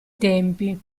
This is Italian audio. tempi